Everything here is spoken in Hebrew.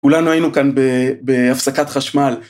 כולנו היינו כאן בהפסקת חשמל.